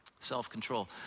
Self-control